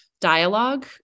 dialogue